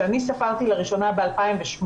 כשאני ספרתי לראשונה ב-2008,